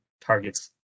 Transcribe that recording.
targets